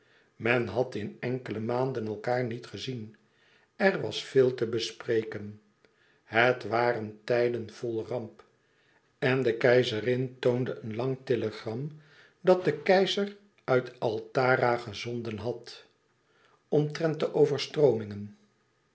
men had in enkele maanden elkaâr niet gezien er was veel te bespreken het waren tijden vol ramp en de keizerin toonde een lang telegram dat de keizer uit altara gezonden had omtrent de overstroomingen